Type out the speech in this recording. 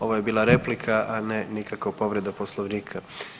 Ovo je bila replika, a ne nikako povreda Poslovnika.